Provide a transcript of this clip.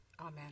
Amen